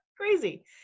Crazy